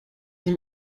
nim